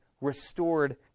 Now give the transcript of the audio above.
restored